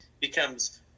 becomes